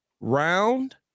round